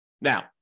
Now